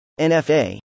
NFA